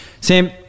Sam